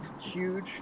huge